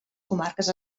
comarques